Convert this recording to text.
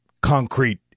concrete